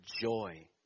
joy